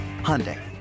Hyundai